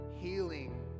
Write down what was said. healing